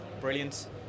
Brilliant